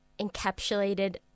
encapsulated